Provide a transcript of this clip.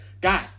guys